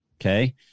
Okay